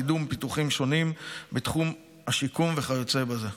קידום פיתוחים שונים בתחום השיקום וכיוצא בזה.